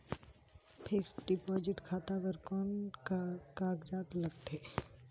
Fixed deposit खाता बर कौन का कागजात लगथे?